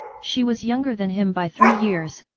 she was younger than him by three years,